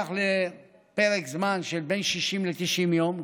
נניח לפרק זמן של בין 60 ל-90 יום,